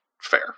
fair